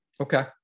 Okay